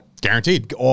Guaranteed